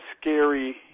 scary